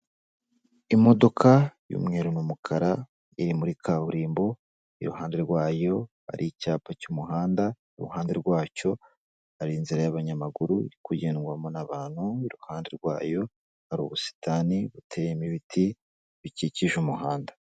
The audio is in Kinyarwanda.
Imodoka y'umweru n'umukara, iri muri kaburimbo iruhande rwayo hari icyapa cy'umuhanda iruhande rwacyo hari inzira y'abanyamaguru iri kugendwamo n'abantu, iruhande rwayo hari ubusitani buteyemo ibiti bikikije umuhanda.